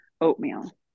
oatmeal